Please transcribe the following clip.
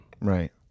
Right